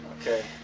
Okay